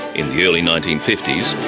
in the early nineteen fifty s,